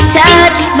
touch